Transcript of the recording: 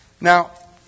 Now